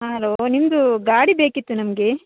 ಹಾಂ ಹಲೋ ನಿಮ್ಮದು ಗಾಡಿ ಬೇಕಿತ್ತು ನಮಗೆ